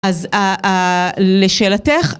אז לשאלתך.